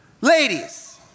Ladies